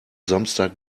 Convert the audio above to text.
samstag